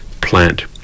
plant